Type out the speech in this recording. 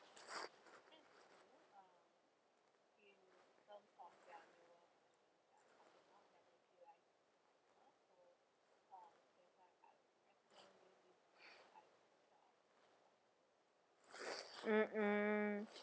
mm mm